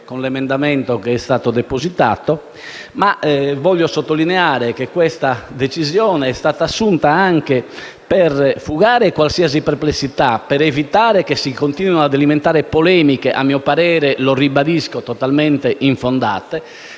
con l'emendamento 3.300. Voglio sottolineare che questa decisione è stata assunta anche per fugare qualsiasi perplessità e per evitare che si continuino ad alimentare polemiche, a mio parere - lo ribadisco - totalmente infondate,